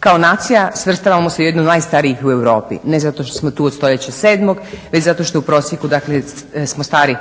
Kao nacija svrstavamo se u jedne od najstarijih u Europi. Ne zato što smo tu od stoljeća sedmog već zato što u prosjeku dakle smo stari